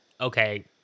okay